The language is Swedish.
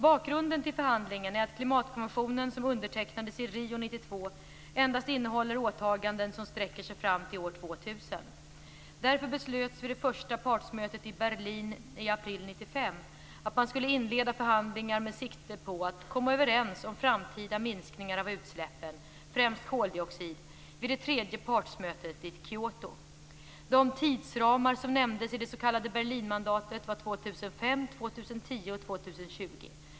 Bakgrunden till förhandlingen är att klimatkonventionen som undertecknades i Rio 1992 endast innehåller åtaganden som sträcker sig fram till år 2000. Därför beslöts vid det första partsmötet i Berlin i april 1995 att man skulle inleda förhandlingar med sikte på att komma överens om framtida minskningar av utsläppen, främst koldioxid, vid det tredje partsmötet i Kyoto. De tidsramar som nämndes i det s.k. Berlinmandatet var 2005, 2010 och 2020.